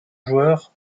joueur